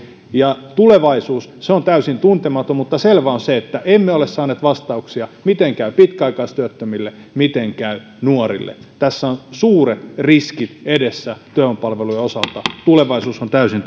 tulevaisuus se on täysin tuntematon mutta selvää on se että emme ole saaneet vastauksia miten käy pitkäaikaistyöttömille miten käy nuorille tässä on suuret riskit edessä työvoimapalvelujen osalta tulevaisuus on täysin